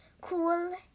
Cool